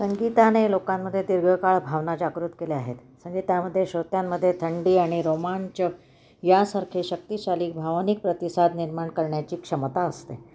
संगीताने लोकांमध्ये दीर्घकाळ भावना जागृत केल्या आहेत म्हणजे त्यामध्ये श्रोत्यांमध्ये थंडी आणि रोमांचक यासारखे शक्तिशालीक भावनिक प्रतिसाद निर्माण करण्याची क्षमता असते